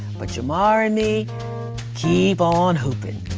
but jamara and me keep on hoopin'.